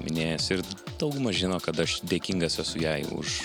minėjęs ir dauguma žino kad aš dėkingas esu jai už